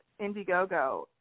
Indiegogo